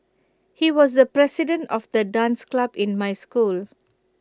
he was the president of the dance club in my school